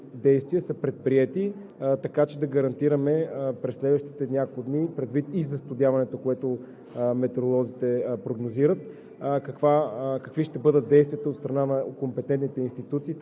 сме се справили със ситуациите и какви евентуално превантивни действия са предприети, така че да гарантираме през следващите няколко дни – предвид застудяването, което метеоролозите прогнозират,